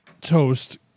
toast